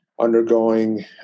undergoing